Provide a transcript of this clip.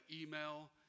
email